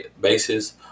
basis